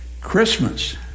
Christmas